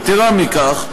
יתרה מכך,